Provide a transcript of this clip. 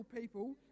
people